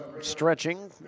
stretching